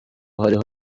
hariho